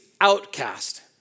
outcast